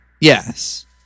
Yes